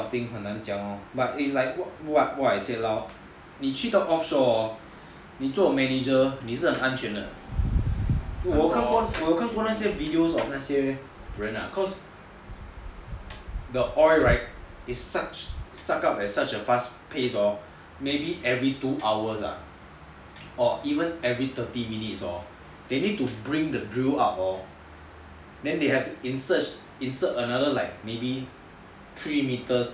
ya but this type of thing 很难讲 lor but is like what I say lor 你去到 offshore hor 你做 manager 你是很安全的我有看过那些 videos of 那些人啊 cause the oil is suck up or even every thirty minutes hor they need to bring the drill up hor then they have to insert another like maybe another three metres of